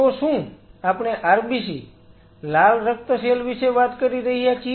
તો શું આપણે RBC લાલ રક્ત સેલ વિશે વાત કરી રહ્યા છીએ